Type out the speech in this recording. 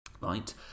right